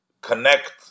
connect